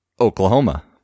Oklahoma